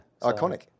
Iconic